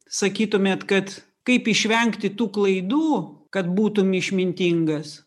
sakytumėt kad kaip išvengti tų klaidų kad būtum išmintingas